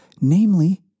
namely